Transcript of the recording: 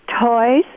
toys